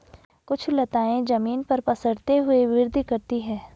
कुछ लताएं जमीन पर पसरते हुए वृद्धि करती हैं